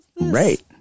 Right